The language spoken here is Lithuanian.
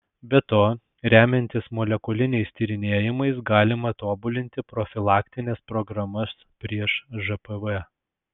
be to remiantis molekuliniais tyrinėjimais galima tobulinti profilaktines programas prieš žpv